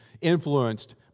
influenced